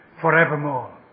forevermore